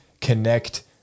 connect